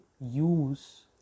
use